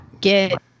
Get